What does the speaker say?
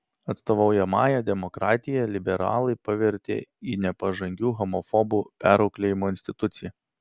atstovaujamąja demokratiją liberalai pavertė į nepažangių homofobų perauklėjimo instituciją